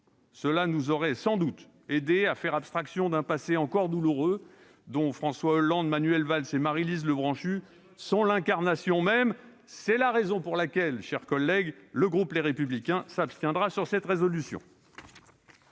Cela nous aurait sans doute aidés à faire abstraction d'un passé encore douloureux, dont François Hollande, Manuel Valls et Marylise Lebranchu sont l'incarnation même. C'est la raison pour laquelle le groupe Les Républicains s'abstiendra sur cette proposition